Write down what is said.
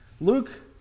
Luke